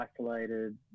isolated